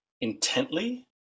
intently